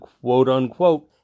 quote-unquote